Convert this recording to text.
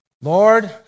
Lord